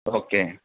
okay